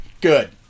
Good